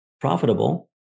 profitable